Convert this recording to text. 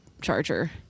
charger